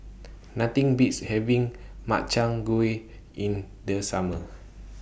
Nothing Beats having Makchang Gui in The Summer